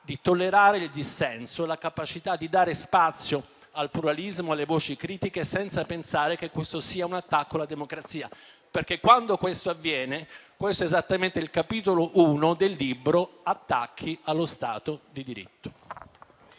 di tollerare il dissenso, la capacità di dare spazio al pluralismo e alle voci critiche, senza pensare che questo sia un attacco alla democrazia. Perché quando questo avviene è esattamente il capitolo 1 del libro "Attacchi allo stato di diritto".